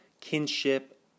kinship